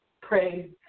pray